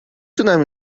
تونم